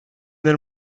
nel